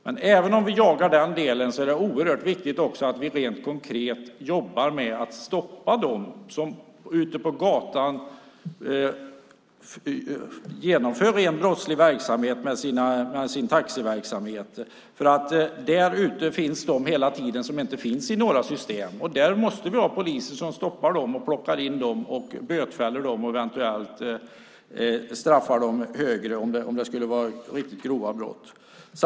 Men även om vi jagar dem som gör så är det också oerhört viktigt att vi rent konkret jobbar med att stoppa dem som ute på gatan utför rent brottslig taxiverksamhet. Där ute finns hela tiden de som inte finns i några system, och vi måste ha poliser som stoppar dem, plockar in dem, bötfäller dem och eventuellt straffar dem ytterligare om det skulle vara riktigt grova brott det handlar om.